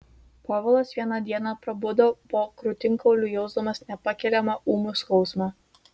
povilas vieną dieną prabudo po krūtinkauliu jausdamas nepakeliamą ūmų skausmą